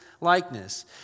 likeness